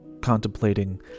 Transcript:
contemplating